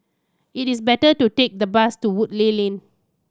it is better to take the bus to Woodleigh Lane